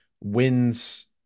wins